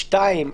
שנית,